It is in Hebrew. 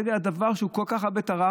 נגד הדבר שהוא כל כך הרבה טרח,